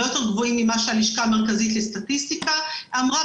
יותר גבוהים ממה שהלשכה המרכזית לסטטיסטיקה אמרה.